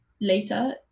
later